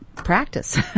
practice